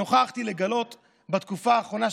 שנוכחתי לגלות בתקופה האחרונה,